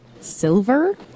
Silver